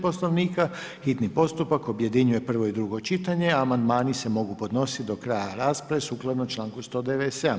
Poslovnika hitni postupak objedinjuje prvo i drugo čitanje a amandmani se mogu podnositi do kraja rasprave sukladno članku 197.